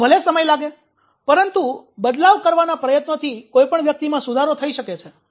તો ભલે સમય લાગે પરંતુ બદલાવ કરવાના પ્રયત્નો થી કોઈપણ વ્યક્તિમાં સુધારો થઈ શકે છે